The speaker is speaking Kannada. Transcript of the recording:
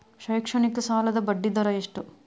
ಶೈಕ್ಷಣಿಕ ಸಾಲದ ಬಡ್ಡಿ ದರ ಎಷ್ಟು?